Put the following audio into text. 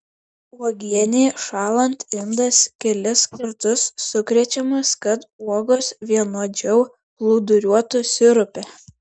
uogienei šąlant indas kelis kartus sukrečiamas kad uogos vienodžiau plūduriuotų sirupe